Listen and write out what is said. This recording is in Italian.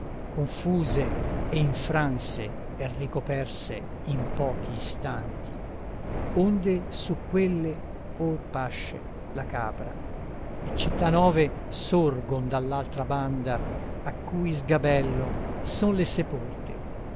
confuse e infranse e ricoperse in pochi istanti onde su quelle or pasce la capra e città nove sorgon dall'altra banda a cui sgabello son le sepolte